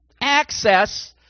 access